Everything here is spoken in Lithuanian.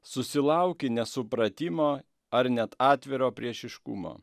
susilaukia nesupratimo ar net atviro priešiškumo